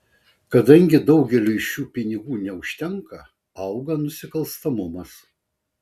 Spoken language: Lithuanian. kadangi daugeliui šių pinigų neužtenka auga nusikalstamumas